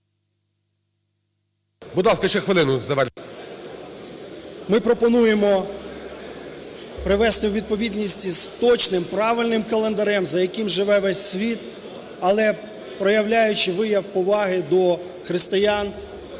Ми пропонуємо привести у відповідність із точним, правильним календарем, за яким живе весь світ. Але, проявляючи вияв поваги до християн,